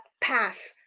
path